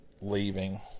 leaving